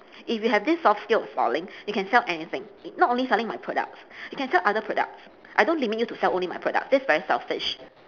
if you have this soft skill installing you can sell anything not only selling my products you can sell other products I don't limit you to sell only my products this very selfish